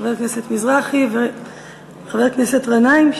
חבר הכנסת מזרחי וחבר הכנסת גנאים,